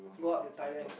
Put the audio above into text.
go up to Thailand